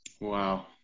Wow